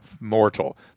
mortal